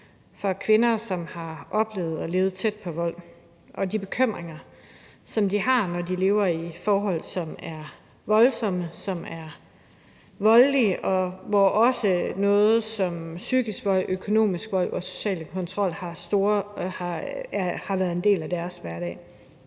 hos kvinder, som har oplevet at leve tæt på vold og de bekymringer, som de har, når de lever i forhold, som er voldsomme, som er voldelige, og hvor også sådan noget som psykisk vold og økonomisk vold og social kontrol har været en del af deres hverdag.